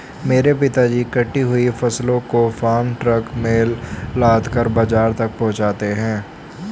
मेरे पिताजी कटी हुई फसलों को फार्म ट्रक में लादकर बाजार तक पहुंचाते हैं